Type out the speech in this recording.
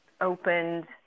opened